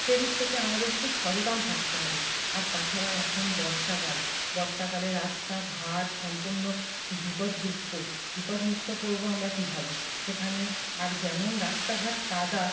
সেদিক থেকে আমাদের খুব সচেতন থাকতে হবে আর তাছাড়া এখন বর্ষাকাল বর্ষাকালে রাস্তাঘাট সম্পূর্ণ বিপদযুক্ত বিপদমুক্ত করবো আমরা কীভাবে সেখানে আর যেমন রাস্তাঘাট কাদা